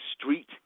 street